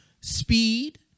speed